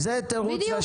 בדיוק.